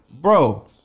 Bro